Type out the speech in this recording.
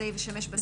זה ישמש בסיס?